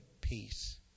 peace